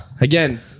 again